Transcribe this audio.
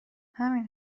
همین